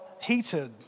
heated